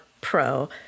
Pro